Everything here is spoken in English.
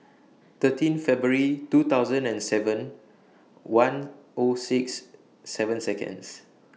thirteen February two thousand and seven one O six seven Seconds